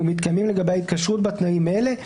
ומתקיימים לגבי ההתקשרות בה תנאים אלה: